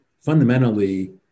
fundamentally